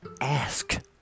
ask